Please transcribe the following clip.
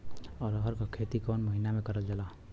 अरहर क खेती कवन महिना मे करल जाला?